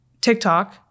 TikTok